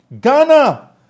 Ghana